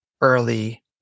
early